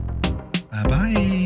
Bye-bye